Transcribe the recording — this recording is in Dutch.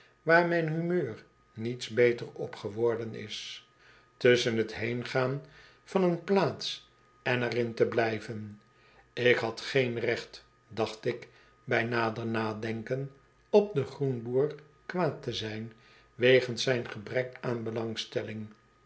mijn humeur niets beter op geworden is tusschen t heengaan van een plaats en er in te biijven ik had geen recht dacht ik bij nader nadenken op den groenboer kwaad te zijn wegens zijn gebrek aan belangstelling